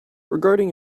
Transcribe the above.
regarding